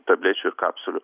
tablečių ir kapsulių